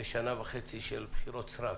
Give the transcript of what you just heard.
שנה וחצי של בחירות סרק.